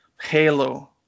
Halo